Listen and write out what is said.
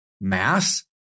mass